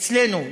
אצלנו,